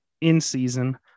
in-season